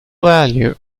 value